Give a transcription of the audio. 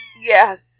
Yes